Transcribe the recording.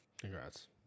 Congrats